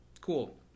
Cool